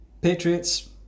Patriots